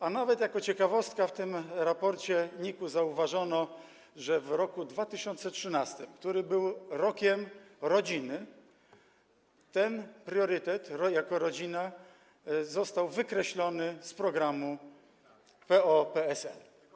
A nawet jako ciekawostkę w tym raporcie NIK-u zauważono, że w roku 2013, który był Rokiem Rodziny, ten priorytet, jakim jest rodzina, został wykreślony z programu PO-PSL.